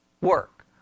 work